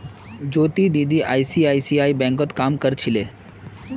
ज्योति दीदी आई.सी.आई.सी.आई बैंकत काम कर छिले